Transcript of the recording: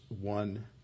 one